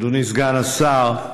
אדוני סגן השר,